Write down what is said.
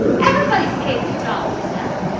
everybody is paid two dollars now.